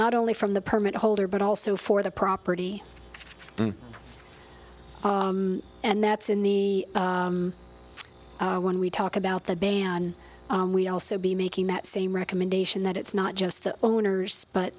not only from the permit holder but also for the property and that's in the when we talk about the ban we also be making that same recommendation that it's not just the owners but